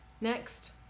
Next